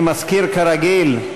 אני מזכיר, כרגיל,